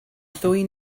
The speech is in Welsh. ddwy